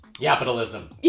capitalism